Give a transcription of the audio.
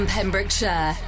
Pembrokeshire